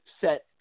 set